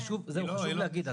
חשוב להגיד,